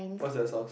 what's the source